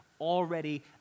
already